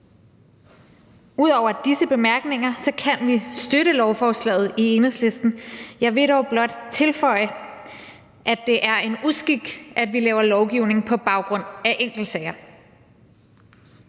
Ud over disse bemærkninger kan vi støtte lovforslaget fra Enhedslistens side. Jeg vil dog blot tilføje, at det er en uskik, at vi laver lovgivning på baggrund af enkeltsager.